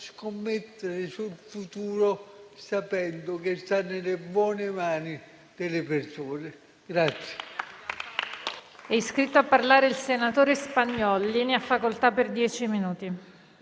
scommettere sul futuro sapendo che sta nelle buone mani delle persone.